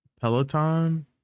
Peloton